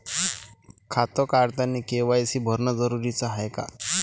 खातं काढतानी के.वाय.सी भरनं जरुरीच हाय का?